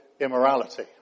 immorality